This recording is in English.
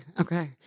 okay